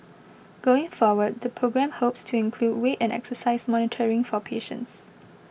going forward the programme hopes to include weight and exercise monitoring for patients